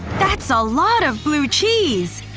that's ah a lot of blue cheese!